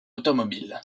automobile